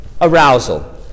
arousal